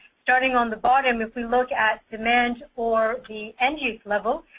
starting on the bottom if we look at demand or the energies level,